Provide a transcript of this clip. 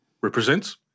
represents